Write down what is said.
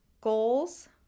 goals